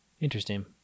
Interesting